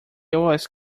always